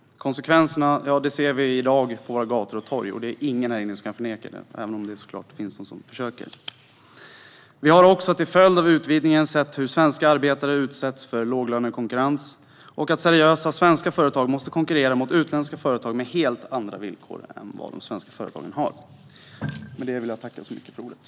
Konsekvenserna ser vi i dag på våra gator och torg. Det är ingen här inne som kan förneka det, även om det såklart finns de som försöker. Vi har också till följd av utvidgningen sett att svenska arbetare utsätts för låglönekonkurrens och att seriösa svenska företag måste konkurrera mot utländska företag med helt andra villkor än de svenska.